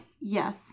Yes